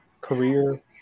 career